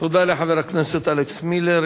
תודה לחבר הכנסת אלכס מילר.